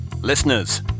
listeners